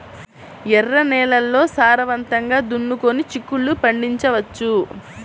ఎర్ర నేలల్లో సారవంతంగా దున్నుకొని చిక్కుళ్ళు పండించవచ్చు